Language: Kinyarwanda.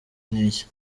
niki